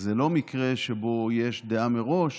זה לא מקרה שבו יש דעה מראש